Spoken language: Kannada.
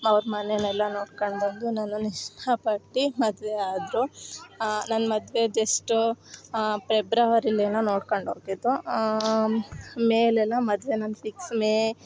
ಅವ್ರು ಮನೇನ ಎಲ್ಲ ನೋಡ್ಕೊಂಡ್ ಬಂದು ನನ್ನನ್ನು ಇಷ್ಟ ಪಟ್ಟು ಮದುವೆ ಆದರು ನನ್ನ ಮದುವೆ ಜಸ್ಟ್ ಫೆಬ್ರವರಿಯಲ್ ಏನೋ ನೋಡ್ಕೊಂಡ್ ಹೋಗಿದ್ದು ಮೇ ಅಲ್ಲೆಲ್ಲ ಮದುವೆ ನನ್ನ ಫಿಕ್ಸ್ ಮೇ